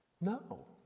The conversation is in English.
No